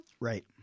Right